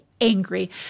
angry